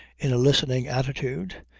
in a listening attitude,